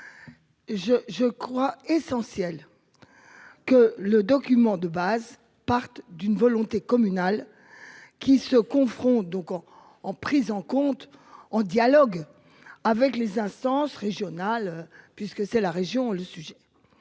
je crois essentiel. Que le document de base partent d'une volonté communale. Qui se confronte donc on en prise en compte en dialogue. Avec les instances régionales. Puisque c'est la région le sujet.